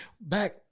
back